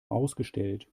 ausgestellt